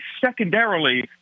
secondarily